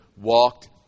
walked